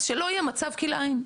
שלא יהיה מצב כלאיים.